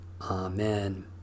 Amen